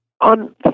on